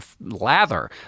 lather